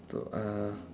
so err